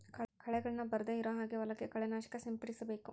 ಕಳೆಗಳನ್ನ ಬರ್ದೆ ಇರೋ ಹಾಗೆ ಹೊಲಕ್ಕೆ ಕಳೆ ನಾಶಕ ಸಿಂಪಡಿಸಬೇಕು